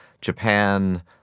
Japan